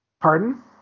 pardon